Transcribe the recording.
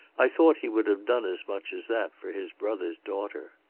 i thought he would have done as much as that for his brother's daughter.